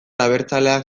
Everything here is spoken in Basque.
abertzaleak